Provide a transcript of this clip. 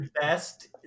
best